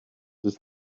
does